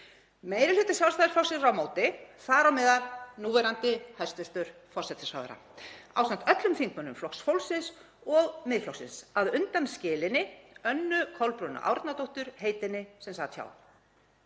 Meiri hluti Sjálfstæðisflokksins var á móti, þar á meðal núverandi hæstv. forsætisráðherra, ásamt öllum þingmönnum Flokks fólksins og Miðflokksins, að undanskilinni Önnu Kolbrúnu Árnadóttur heitinni sem sat hjá.